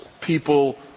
people